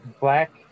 black